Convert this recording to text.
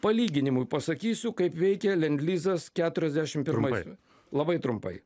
palyginimui pasakysiu kaip veikė lendlizas keturiasdešim pirmais labai trumpai